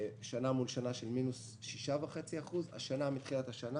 שנה-מול-שנה של מינוס 6.5%. השנה מתחילת השנה